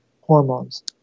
hormones